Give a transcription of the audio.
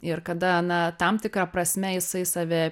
ir kada na tam tikra prasme jisai save